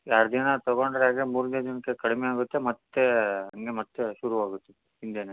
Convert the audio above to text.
ಎರಡು ದಿನ ತೊಗೊಂಡರೆ ಅದೇ ಮೂರನೇ ದಿನಕ್ಕೆ ಕಡಿಮೆ ಆಗುತ್ತೆ ಮತ್ತೆ ಹಂಗೆ ಮತ್ತೆ ಶುರು ಆಗುತ್ತೆ ಹಿಂದೆಯೇ